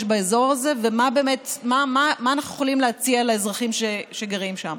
באזור הזה ומה אנחנו יכולים להציע לאזרחים שגרים שם.